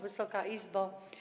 Wysoka Izbo!